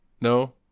No